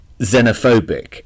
xenophobic